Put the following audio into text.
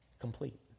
complete